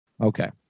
Okay